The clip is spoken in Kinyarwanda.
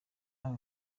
aka